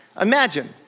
Imagine